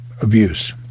abuse